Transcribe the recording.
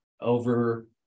over